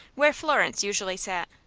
where florence usually sat.